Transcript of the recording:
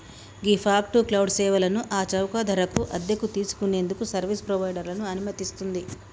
ghee fog to cloud సేవలను ఆ చౌక ధరకు అద్దెకు తీసుకు నేందుకు సర్వీస్ ప్రొవైడర్లను అనుమతిస్తుంది